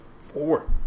Four